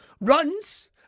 runs